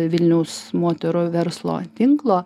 vilniaus moterų verslo tinklo